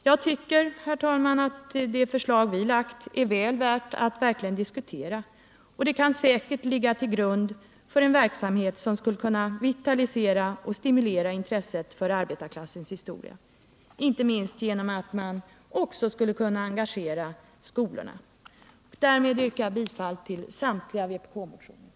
Jag tycker, herr talman, att det förslag vi framlagt är väl värt att verkligen diskuteras, och det kan säkert ligga till grund för en verksamhet som skulle kunna vitalisera och stimulera intresset för arbetarrörelsens historia, inte minst genom att man också skulle kunna engagera skolorna. Därmed yrkar jag bifall till samtliga vpk-motioner.